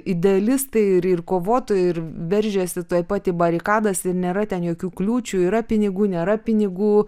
idealistai ir ir kovotojai ir veržiasi tuoj pat į barikadas ir nėra ten jokių kliūčių yra pinigų nėra pinigų